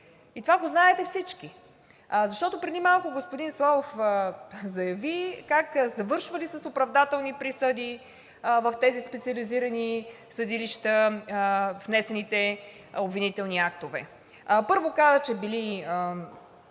Това го знаете всички. Защото преди малко господин Славов заяви как завършвали с оправдателни присъди в тези специализирани съдилища внесените обвинителни актове. Първо каза, че били